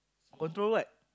control what